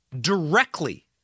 directly